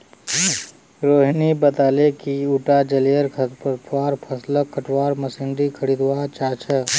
रोहिणी बताले कि उटा जलीय खरपतवार फ़सलक कटवार मशीन खरीदवा चाह छ